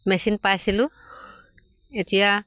machine পাইছিলোঁ এতিয়া